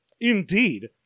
Indeed